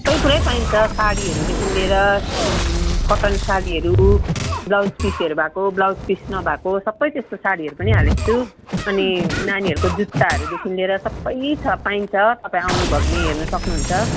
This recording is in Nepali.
सबै कुरै पाइन्छ सारीहरूदेखिन् लिएर कटन सारीहरू ब्लाउज पिसहरू भएको ब्लाउज पिस नभएको सबै त्यस्तो सारीहरू पनि हालेको छु अनि नानीहरूको जुत्ताहरूदेखिन् लिएर सबै छ पाइन्छ तपाईँ आउनुभयो भने हेर्नु सक्नुहुन्छ